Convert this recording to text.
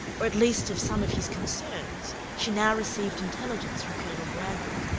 or at least of some of his concerns, she now received intelligence from colonel brandon,